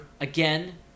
again